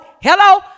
Hello